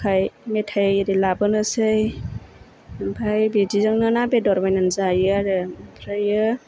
थाखाय मेथाइ एरि लाबोनोसै ओमफ्राय बिदिजोंनो ना बेदर बायनानै जायो आरो ओमफ्रायो